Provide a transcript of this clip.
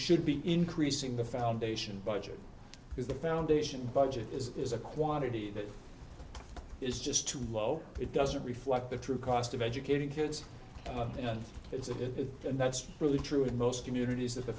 should be increasing the foundation budget is the foundation budget is is a quantity that is just too low it doesn't reflect the true cost of educating kids and it's the and that's really true in most communities th